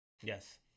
Yes